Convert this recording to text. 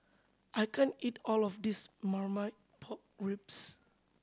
I can't eat all of this Marmite Pork Ribs